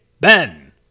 Ben